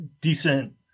Decent